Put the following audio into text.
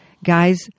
Guys